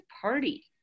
party